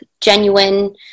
genuine